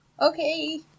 Okay